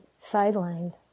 sidelined